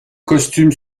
costume